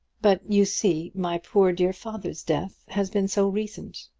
but you see my poor, dear father's death has been so recent.